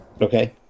Okay